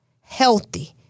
healthy